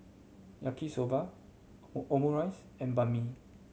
Yaki Soba Omurice and Banh Mi